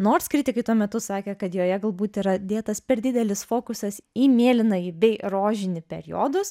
nors kritikai tuo metu sakė kad joje galbūt yra dėtas per didelis fokusas į mėlynąjį bei rožinį periodus